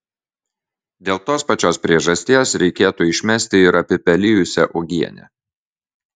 dėl tos pačios priežasties reikėtų išmesti ir apipelijusią uogienę